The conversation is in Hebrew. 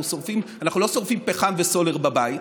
אנחנו לא שורפים פחם וסולר בבית,